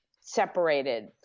separated